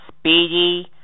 speedy